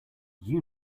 you